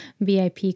VIP